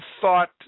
thought